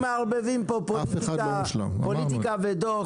אנחנו מערבבים פה פוליטיקה ודוח,